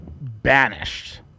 banished